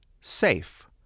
safe